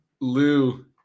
Lou